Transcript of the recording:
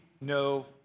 no